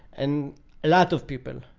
and a lot of people.